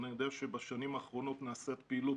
אני יודע שבשנים האחרונות נעשית פעילות